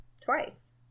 Twice